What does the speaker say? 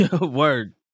Word